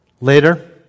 Later